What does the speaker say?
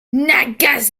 nagas